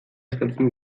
estaltzen